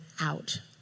out